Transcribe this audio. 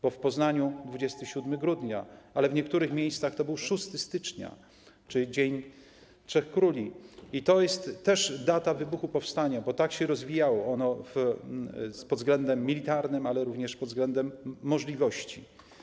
Bo w Poznaniu to 27 grudnia, ale w niektórych miejscach to był 6 stycznia, czyli dzień Trzech Króli i to jest też data wybuchu powstania, bo tak się rozwijało pod względem militarnym, ale również pod względem możliwości.